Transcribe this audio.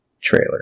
trailer